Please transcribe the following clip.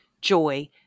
joy